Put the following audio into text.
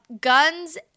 guns